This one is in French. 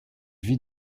vit